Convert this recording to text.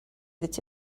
that